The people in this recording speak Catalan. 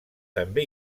també